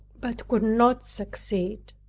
but could not succeed.